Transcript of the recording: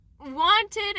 wanted